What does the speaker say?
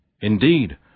Indeed